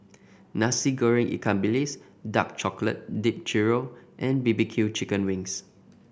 Nasi Goreng ikan bilis dark chocolate dipped churro and B B Q chicken wings